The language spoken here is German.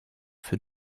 für